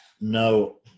no